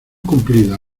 cumplida